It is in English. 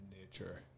nature